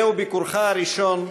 זהו ביקורך הראשון כאן,